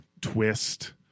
twist